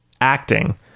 acting